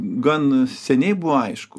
gan seniai buvo aišku